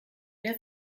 mehr